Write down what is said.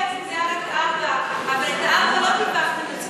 בעצם זה היה רק 4%. אבל את ה-4% לא דיווחתם לציבור.